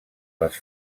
les